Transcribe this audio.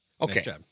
okay